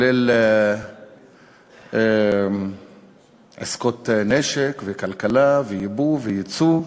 כולל עסקות נשק, וכלכלה וייבוא וייצוא,